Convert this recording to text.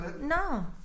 No